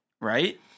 right